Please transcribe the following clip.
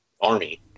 army